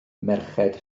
merched